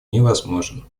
невозможен